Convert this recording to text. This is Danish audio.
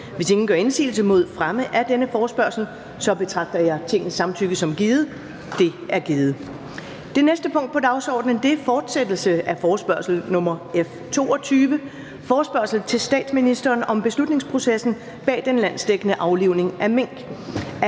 Hvis ingen gør indsigelse mod fremme af denne forespørgsel, betragter jeg Tingets samtykke som givet. Det er givet. --- Det næste punkt på dagsordenen er: 2) Fortsættelse af forespørgsel nr. F 22 [afstemning]: Forespørgsel til statsministeren om beslutningsprocessen bag den landsdækkende aflivning af mink.